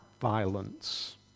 violence